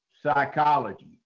psychology